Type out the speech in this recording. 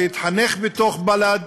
שהתחנך בתוך בל"ד,